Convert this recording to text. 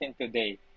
today